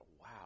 wow